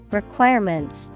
requirements